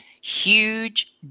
huge